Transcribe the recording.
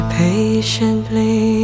patiently